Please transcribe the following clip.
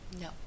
No